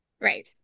Right